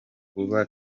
kuba